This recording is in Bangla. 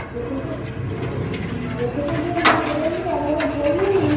আগে থেকে আগে থেকে গিয়ে নিয়ে চলে এলি একবারও বললি না